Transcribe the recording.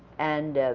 and,